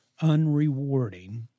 unrewarding